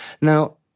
Now